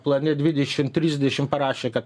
plane dvidešim trisdešim parašė kad